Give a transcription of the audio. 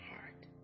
heart